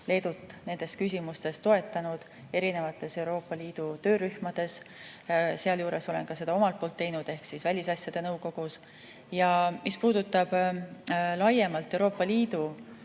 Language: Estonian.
Leedut nendes küsimustes toetanud erinevates Euroopa Liidu töörühmades. Sealjuures olen seda ka omalt poolt teinud välisasjade nõukogus. Mis puudutab laiemalt Euroopa Liidu